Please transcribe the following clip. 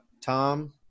tom